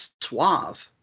suave